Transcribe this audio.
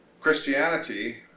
Christianity